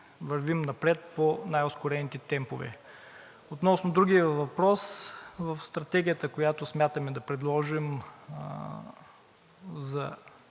вървим напред по най-ускорените темпове. Относно другия въпрос – за стратегията, която смятаме да предложим, за